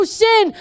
sin